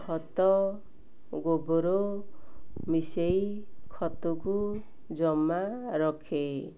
ଖତ ଗୋବର ମିଶାଇ ଖତକୁ ଜମା ରଖେ